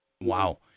Wow